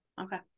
okay